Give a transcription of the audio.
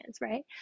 right